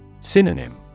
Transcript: Synonym